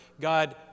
God